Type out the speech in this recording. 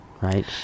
right